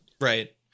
Right